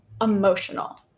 emotional